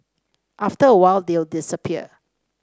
after a while they'll disappear